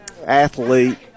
athlete